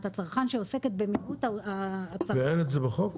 הצרכן שעוסקת במיעוט --- ואין את זה בחוק?